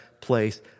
place